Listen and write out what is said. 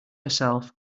herself